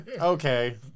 Okay